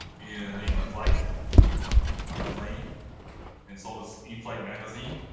in the flight on the plane and saw this inflight magazine